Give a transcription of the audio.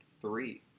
three